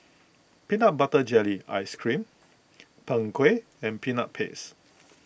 Peanut Butter Jelly Ice Cream Png Kueh and Peanut Paste